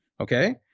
Okay